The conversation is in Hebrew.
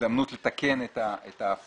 הזדמנות לתקן את ההפרה.